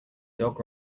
dog